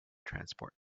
transport